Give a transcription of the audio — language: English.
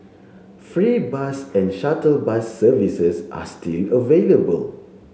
free bus and shuttle bus services are still available